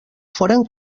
foren